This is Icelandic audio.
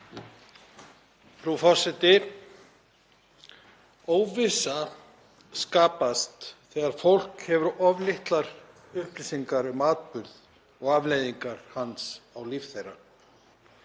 Frú forseti. Óvissa skapast þegar fólk hefur of litlar upplýsingar um atburð og afleiðingar hans á líf þeirra.